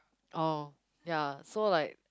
oh ya so like